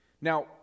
Now